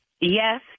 Yes